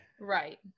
Right